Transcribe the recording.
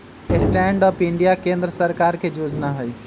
stand up India केंद्र सरकार के जोजना हइ